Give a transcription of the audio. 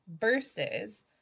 versus